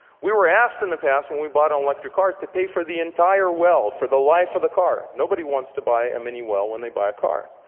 we were asked in the past when we bought an electric car to pay for the entire well, for the life of the car. nobody wants to buy a mini well when they buy a car.